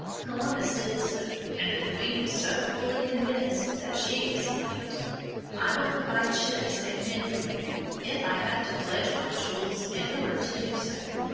columbus did so, and the queen was so fully convinced that she exclaimed i will provide ships and men for you, if i have to pledge my jewels in order to do so!